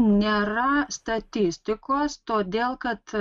nėra statistikos todėl kad